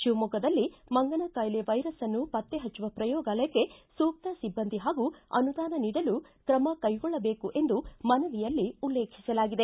ಶಿವಮೊಗ್ಗದಲ್ಲಿ ಮಂಗನ ಕಾಯಿಲೆ ವೈರಸ್ಸನ್ನು ಪತ್ತೆ ಹಚ್ಚುವ ಪ್ರಯೋಗಾಲಯಕ್ಕೆ ಸೂಕ್ತ ಸಿಬ್ಬಂದಿ ಹಾಗೂ ಅನುದಾನ ನೀಡಲು ಕ್ರಮ ಕೈಗೊಳ್ಳಬೇಕು ಎಂದು ಮನವಿಯಲ್ಲಿ ಉಲ್ಲೇಖಿಸಲಾಗಿದೆ